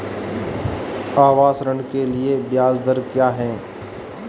आवास ऋण के लिए ब्याज दर क्या हैं?